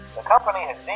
the company